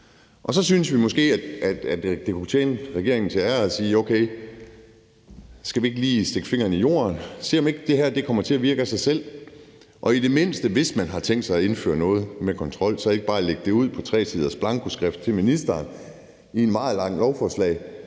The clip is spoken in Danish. Så synes vi måske, at det kunne tjene regeringen til ære at sige okay, skal vi ikke lige stikke fingeren i jorden se, om ikke det her kommer til at virke sig selv? Hvis man har tænkt sig at indføre noget med kontrol, hvorfor så ikke i det mindste bare lægge det ud på tre siders blankoskrift til ministeren i et meget langt lovforslag,